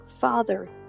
Father